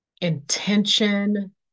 intention